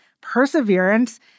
perseverance